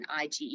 IgE